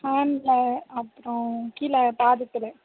ஹேண்ட்டில் அப்புறம் கீழே பாதத்தில்